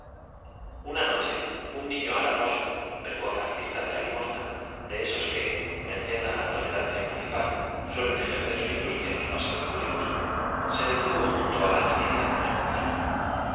una noche nifio un haraposo precoz artista de la limosna de esos que merced á la tolerancia muni cipal suelen ejercer su industria en los paseos públi cos se etuvo junto á la trinidad vergonzante